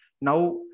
Now